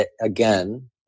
again